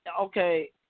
okay